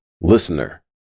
listener